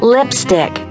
Lipstick